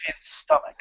stomach